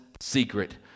secret